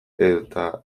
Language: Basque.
eta